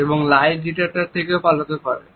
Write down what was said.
এবং lie detector থেকেও পালাতে পারে